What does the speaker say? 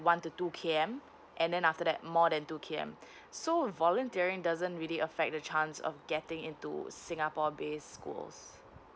one to two K M and then after that more than two K M so volunteering doesn't really affect the chance of getting into singapore based schools